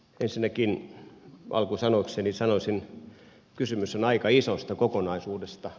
ensinnäkin alkusanoikseni sanoisin että kysymys on aika isosta kokonaisuudesta